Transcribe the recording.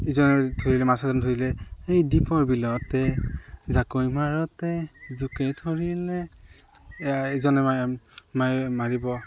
ইজনে ধৰিলে মাছ এজন ধৰিলে সেই দীপৰ বিলতে জাকৈ মাৰোতে জোকে ধৰিলে ইজনে মাৰিব